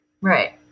Right